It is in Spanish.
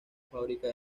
fábrica